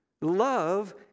love